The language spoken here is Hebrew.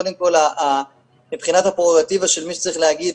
קודם כל מבחינתה הפררוגטיבה של מי שצריך להגיד,